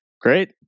Great